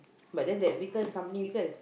but then that vehicle is company vehicle